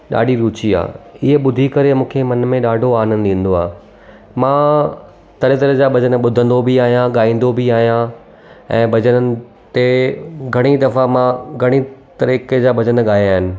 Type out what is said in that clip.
ॾाढी रुची आहे इहे ॿुधी करे मूंखे मन में ॾाढो आनंद ईंदो आहे मां तरह तरह जा भॼन ॿुधंदो बि आहियां ॻाईंदो बि आहियां ऐं भॼन ते घणी दफ़ा मां घणी तरीक़े जा भॼन ॻाया आहिनि